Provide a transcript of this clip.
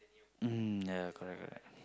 mmhmm ya correct correct